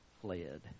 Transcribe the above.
fled